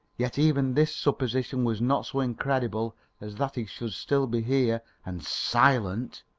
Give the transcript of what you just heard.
yet even this supposition was not so incredible as that he should still be here and silent.